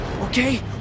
okay